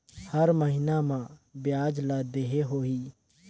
हर महीना मा ब्याज ला देहे होही?